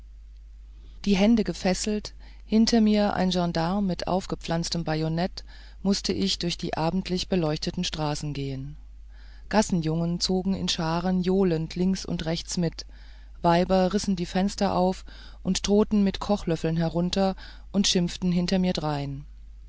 die hände gefesselt hinter mir ein gendarm mit aufgepflanztem bajonett mußte ich durch die abendlich beleuchteten straßen gehen gassenjungen zogen in scharen johlend links und rechts mit weiber rissen die fenster auf drohten mit kochlöffeln herunter und schimpften hinter mir drein